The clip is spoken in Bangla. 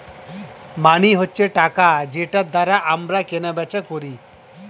মানি হচ্ছে টাকা যেটার দ্বারা আমরা কেনা বেচা করি